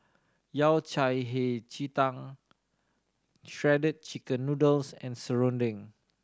Yao Cai Hei Ji Tang Shredded Chicken Noodles and serunding